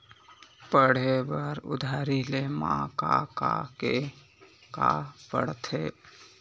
पढ़े बर उधारी ले मा का का के का पढ़ते?